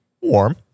warm